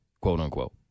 quote-unquote